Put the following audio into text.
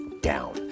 down